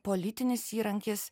politinis įrankis